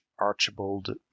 Archibald